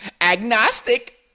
agnostic